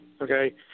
Okay